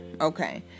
okay